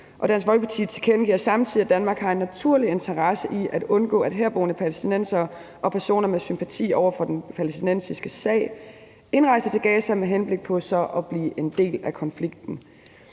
Dansk Folkeparti tilkendegiver samtidig, at Danmark har en naturlig interesse i at undgå, at herboende palæstinensere og personer med sympati for den palæstinensiske sag indrejser til Gaza med henblik på så at blive en del af konflikten,